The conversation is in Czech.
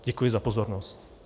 Děkuji za pozornost.